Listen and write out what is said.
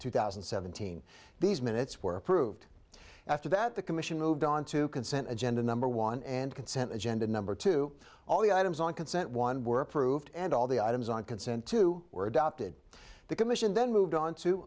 two thousand and seventeen these minutes were approved after that the commission moved on to consent agenda number one and consent agenda number two all the items on consent one were approved and all the items on consent two were adopted the commission then moved onto